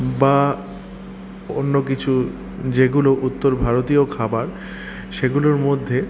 বা অন্য কিছু যেগুলো উত্তর ভারতীয় খাবার সেগুলোর মধ্যে